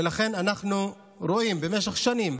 ולכן אנחנו רואים שבמשך שנים,